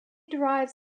derives